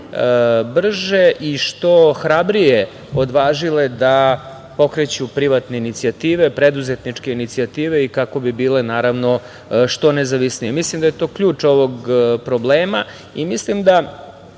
brže i što hrabrije odvažile da pokreću privatne inicijative, preduzetničke inicijative i kako bi bile što nezavisnije. Mislim da je to ključ ovog problema. Mislim da